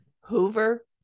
Hoover